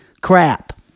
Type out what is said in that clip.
crap